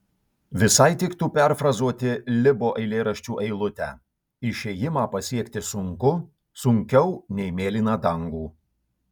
visai tiktų perfrazuoti libo eilėraščio eilutę išėjimą pasiekti sunku sunkiau nei mėlyną dangų